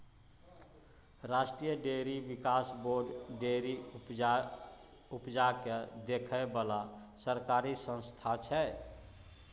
राष्ट्रीय डेयरी बिकास board dairy उपजा केँ देखै बला सरकारी संस्था छै